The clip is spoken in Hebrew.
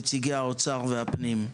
מיכאל מרדכי ביטון (יו"ר ועדת הכלכלה): נציגי האוצר והפנים,